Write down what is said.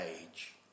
age